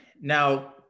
now